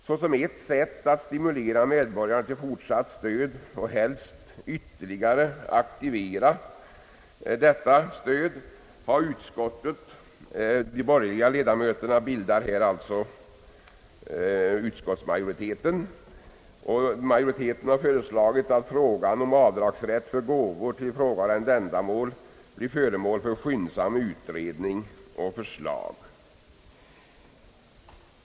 Såsom ett sätt att stimulera medborgarna till fortsatt stöd och helst ytterligare aktivera detta har utskottet föreslagit, att frågan om avdragsrätt för gåvor till ifrågavarande ändamål blir föremål för skyndsam utredning och förslag.